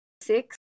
Six